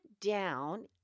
down